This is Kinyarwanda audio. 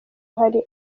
hari